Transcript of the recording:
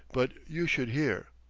but you should hear.